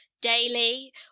daily